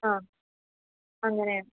ആ അങ്ങനെ